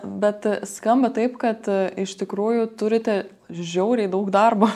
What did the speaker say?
bet skamba taip kad iš tikrųjų turite žiauriai daug darbo